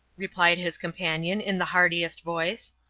replied his companion in the heartiest voice.